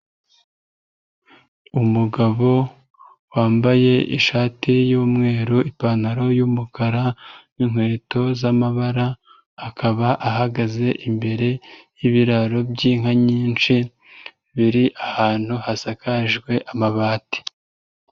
Umugabo wambaye ishati y'umweru, ipantaro y'umukara n'inkweto z'amabara, akaba ahagaze imbere y'ibiraro by'inka nyinshi, biri ahantu hasakajwe amabati.